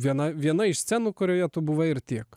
viena viena iš scenų kurioje tu buvai ir tiek